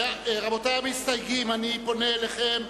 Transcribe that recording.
רבותי המסתייגים, אני פונה אליכם.